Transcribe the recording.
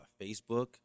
Facebook